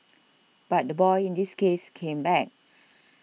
but the boy in this case came back